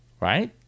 Right